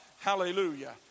Hallelujah